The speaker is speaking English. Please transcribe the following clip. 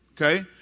okay